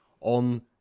on